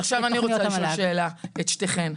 אז עכשיו אני רוצה לשאול שאלה את שתיכן.